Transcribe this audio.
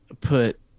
put